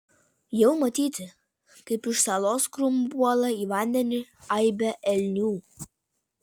jau matyti kaip iš salos krūmų puola į vandenį aibė elnių